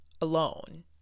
alone